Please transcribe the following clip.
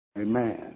amen